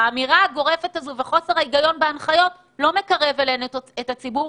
האמירה הגורפת הזו וחוסר ההיגיון בהנחיות לא מקרבים אלינו את הציבור,